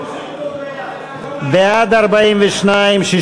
קבוצת סיעת יהדות התורה, קבוצת סיעת מרצ, קבוצת